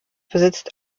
besitzt